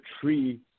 tree